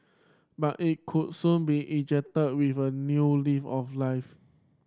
but it could soon be injected with a new lift of life